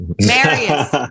Marius